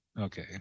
Okay